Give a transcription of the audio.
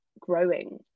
growing